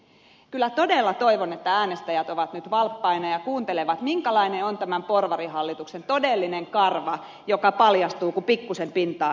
kyllä todella toivon että äänestäjät ovat nyt valppaina ja kuuntelevat minkälainen on tämän porvarihallituksen todellinen karva joka paljastuu kun pikkusen pintaa rapsutetaan